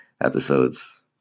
episodes